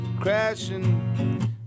crashing